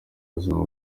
buzima